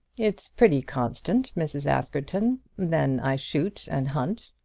it's pretty constant, mrs. askerton. then i shoot, and hunt.